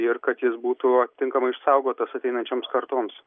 ir kad jis būtų atitinkamai išsaugotas ateinančioms kartoms